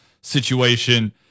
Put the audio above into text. situation